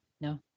No